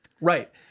right